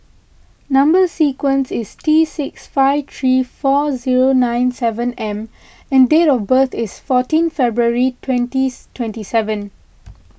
Number Sequence is T six five three four zero nine seven M and date of birth is fourteenth February twenties twenty seven